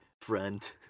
friend